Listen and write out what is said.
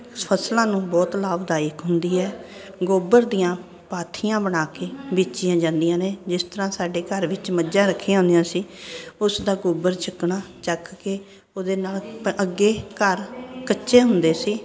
ਫਸਲਾਂ ਨੂੰ ਬਹੁਤ ਲਾਭਦਾਇਕ ਹੁੰਦੀ ਹੈ ਗੋਬਰ ਦੀਆਂ ਪਾਥੀਆਂ ਬਣਾ ਕੇ ਵੇਚੀਆਂ ਜਾਂਦੀਆਂ ਨੇ ਜਿਸ ਤਰ੍ਹਾਂ ਸਾਡੇ ਘਰ ਵਿੱਚ ਮੱਝਾਂ ਰੱਖੀਆਂ ਹੁੰਦੀਆਂ ਅਸੀਂ ਉਸ ਦਾ ਗੋਬਰ ਚੱਕਣਾ ਚੱਕ ਕੇ ਉਹਦੇ ਨਾਲ ਅੱਗੇ ਘਰ ਕੱਚੇ ਹੁੰਦੇ ਸੀ